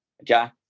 Okay